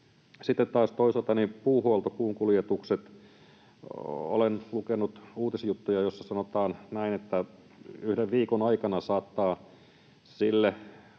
Sitten taas toisaalta puuhuolto, puunkuljetukset. Olen lukenut uutisjuttuja, joissa sanotaan näin, että yhden viikon aikana saattaa sille,